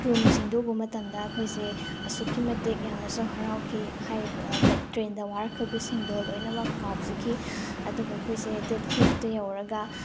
ꯔꯨꯝꯁꯤꯡꯗꯨ ꯎꯕ ꯃꯇꯝꯗ ꯑꯩꯈꯣꯏꯁꯦ ꯑꯁꯨꯛꯀꯤ ꯃꯇꯤꯛ ꯌꯥꯝꯅꯁꯨ ꯍꯔꯥꯎꯈꯤ ꯇ꯭ꯔꯦꯟꯗ ꯋꯥꯔꯛꯈꯤꯕꯁꯤꯡꯗꯣ ꯂꯣꯏꯅꯃꯛ ꯀꯥꯎꯖꯈꯤ ꯑꯗꯨꯒ ꯑꯩꯈꯣꯏꯁꯦ ꯗꯦꯠ ꯐꯤꯐꯇ ꯌꯧꯔꯒ